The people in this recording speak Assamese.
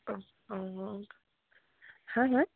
অঁ অঁ অঁ হা হা